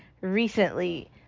recently